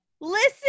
listen